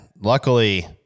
Luckily